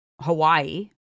Hawaii